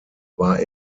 war